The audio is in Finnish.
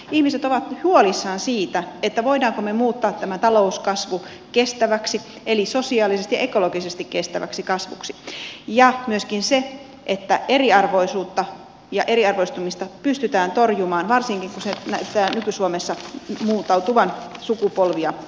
ihmiset ovat huolissaan siitä voimmeko me muuttaa tämän talouskasvun kestäväksi eli sosiaalisesti ja ekologisesti kestäväksi kasvuksi ja myöskin siitä pystytäänkö eriarvoisuutta ja eriarvoistumista torjumaan varsinkin kun se näyttää nyky suomessa muuntautuvan sukupolvia ylittäväksi